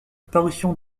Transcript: parution